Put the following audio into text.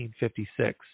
1956